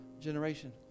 generation